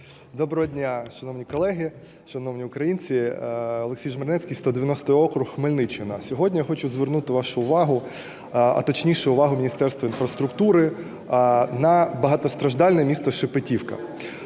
Доброго дня, шановні колеги, шановні українці! Олексій Жмеренецький, 190 округ, Хмельниччина. Сьогодні я хочу звернути вашу увагу, а точніше, увагу Міністерства інфраструктури на багатостраждальне місто Шепетівка